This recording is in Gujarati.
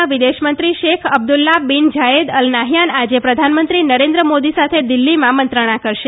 ના વિદેશમંત્રી Sheikh Abdullah bin Zayed Al Nahyan આજે પ્રધાનમંત્રી નરેન્દ્રમોદી સાથે દિલ્હીમાં મંત્રણા કરશે